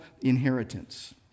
inheritance